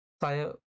Saya